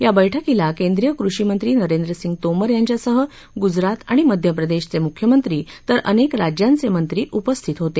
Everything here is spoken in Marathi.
या बैठकीला केंद्रीय कृषी मंत्री नरेंद्रसिंह तोमर यांच्यासह गुजरात आणि मध्य प्रदेशचे मुख्यमंत्री तर अनेक राज्यांचे मंत्री यावेळी उपस्थित होते